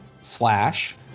slash